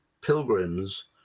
pilgrims